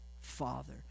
father